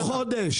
כל חודש.